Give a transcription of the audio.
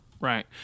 Right